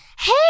hey